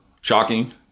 shocking